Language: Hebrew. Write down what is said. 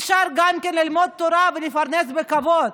אפשר גם ללמוד תורה ולפרנס בכבוד.